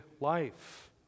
life